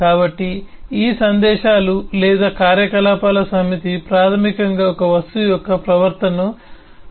కాబట్టి ఈ సందేశాలు లేదా కార్యకలాపాల సమితి ప్రాథమికంగా ఒక వస్తువు యొక్క ప్రవర్తనను నిర్వచిస్తుంది